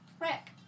Rick